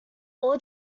all